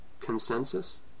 consensus